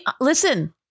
Listen